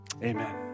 Amen